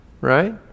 right